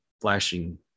flashing